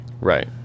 Right